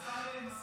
השר אמסלם,